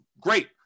Great